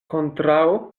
kontraŭ